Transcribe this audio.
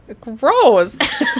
Gross